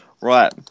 Right